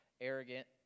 arrogant